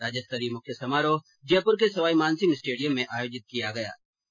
राज्य स्तरीय मुख्य समारोह जयपुर के सवाई मानसिंह स्टेडियम में आयोजित किया जा रहा है